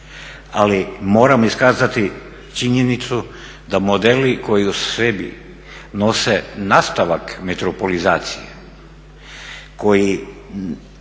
ali moram iskazati činjenicu da modeli koji u sebi nose nastavak metropolizacije, koji